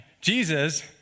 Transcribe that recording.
Jesus